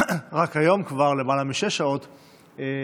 רק היום כבר למעלה משש שעות רצופות,